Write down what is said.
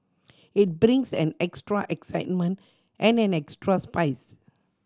it brings an extra excitement and an extra spice